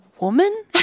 woman